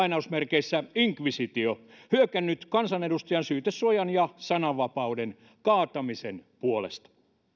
inkvisitio hyökännyt kansanedustajan syytesuojan ja sananvapauden kaatamisen puolesta